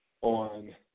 on